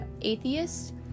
atheist